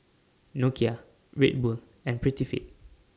Nokia Red Bull and Prettyfit